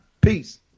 Peace